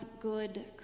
good